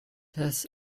has